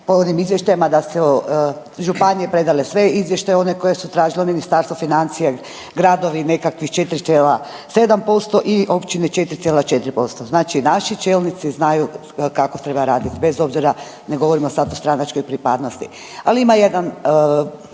po onim izvještajima da su županije predale sve izvještaje one koje su tražili Ministarstvo financija, gradovi, nekakvih 4,7% i općine 4,45%. Znači naši čelnici znaju kako treba raditi bez obzira ne govorimo sad o stranačkoj pripadnosti. Ali ima jedan